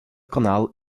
kanaal